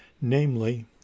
namely